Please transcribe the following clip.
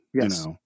Yes